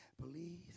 Believe